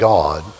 God